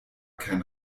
kein